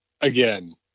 Again